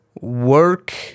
work